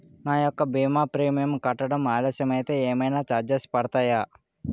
నా యెక్క భీమా ప్రీమియం కట్టడం ఆలస్యం అయితే ఏమైనా చార్జెస్ పడతాయా?